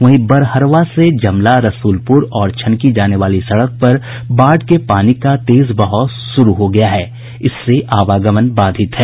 वहीं बरहरवा से जमला रसुलपुर और छनकी जाने वाली सड़क पर बाढ़ के पानी का तेज बहाव शुरू हो गया है जिससे आवागमन बाधित है